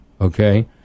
Okay